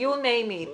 זה